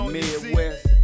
Midwest